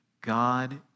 God